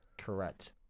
correct